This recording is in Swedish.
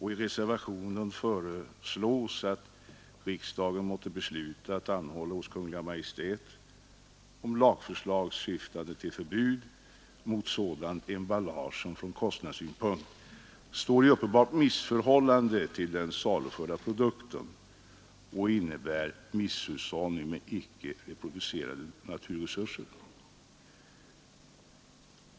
I reservationen föreslås att riksdagen måtte anhålla hos Kungl. Maj:t om lagförslag syftande till förbud mot sådant emballage som från kostnadssynpunkt står i uppenbart missförhållande till den saluförda produkten och innebär misshushållning med icke reproducerbara naturresurser.